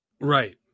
right